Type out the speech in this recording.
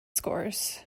scores